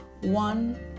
one